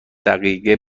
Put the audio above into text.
دقیقه